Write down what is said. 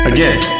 Again